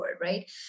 right